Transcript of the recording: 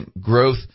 growth